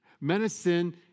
Medicine